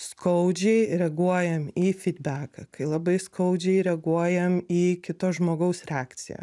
skaudžiai reaguojam į fydbeką kai labai skaudžiai reaguojam į kito žmogaus reakciją